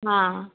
हां